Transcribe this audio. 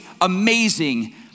amazing